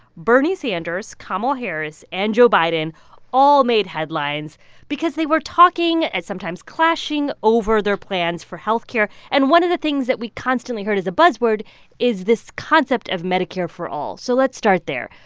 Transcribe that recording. bernie sanders, kamala harris and joe biden all made headlines because they were talking and sometimes clashing over their plans for health care. and one of the things that we constantly heard as a buzzword is this concept of medicare for all. so let's start there.